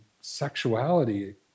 sexuality